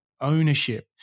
ownership